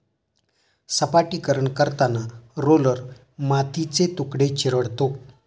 सपाटीकरण करताना रोलर मातीचे तुकडे चिरडतो